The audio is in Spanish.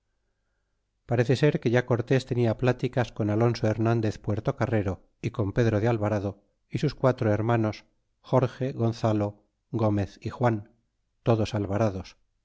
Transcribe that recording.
parece ser que ya cortés tenia pláticas con alonso flernandez puertocarrero y con pedro de alvarado y sus quatro hermanos jorge gonzalo gomez y juan todos alvarados